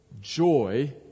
joy